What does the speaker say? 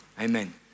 Amen